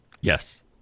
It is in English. Yes